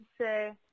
say